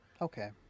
Okay